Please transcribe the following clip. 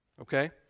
Okay